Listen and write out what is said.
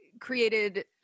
created